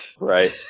right